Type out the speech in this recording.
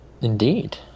Indeed